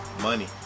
Money